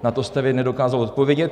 Na to jste vy nedokázal odpovědět.